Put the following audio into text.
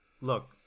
look